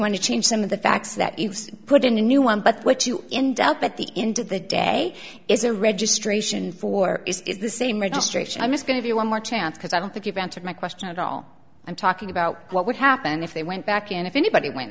want to change some of the facts that you put in a new one but what you end up at the end of the day is a registration for the same or i'm just going to be one more chance because i don't think you've answered my question at all i'm talking about what would happen if they went back in if anybody went